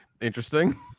interesting